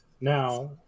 Now